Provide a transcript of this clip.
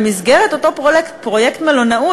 במסגרת אותו פרויקט מלונאות,